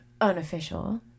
unofficial